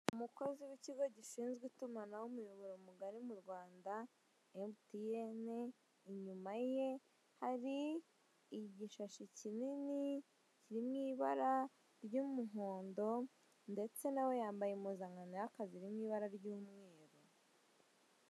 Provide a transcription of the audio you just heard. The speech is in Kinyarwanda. Umukozi w'ikigo gishinzwe itumanaho umuyoboro mugari mu Rwanda MTN, inyuma ye hari igishashi kinini kiri mu ibara ry'umuhondo ndetse nawe yambaye impuzankano y'akaziiri mu ibara ry'umweru.